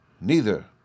Neither